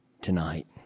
tonight